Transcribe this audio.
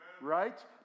right